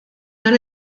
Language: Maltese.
nhar